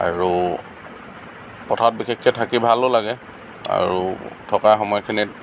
আৰু পথাৰত বিশেষকৈ থাকি ভালো লাগে আৰু থকাৰ সময়খিনিত